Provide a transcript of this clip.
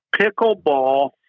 Pickleball